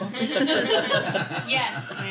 Yes